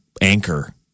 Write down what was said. anchor